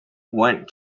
went